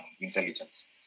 intelligence